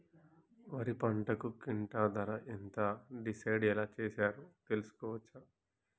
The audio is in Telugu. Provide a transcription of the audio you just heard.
వరి పంటకు క్వింటా ధర ఎంత డిసైడ్ ఎలా చేశారు తెలుసుకోవచ్చా?